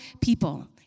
people